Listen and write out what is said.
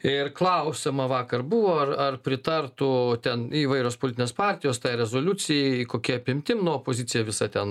ir klausiama vakar buvo ar ar pritartų ten įvairios politinės partijos rezoliucijai kokia apimtim nu opozicija visa ten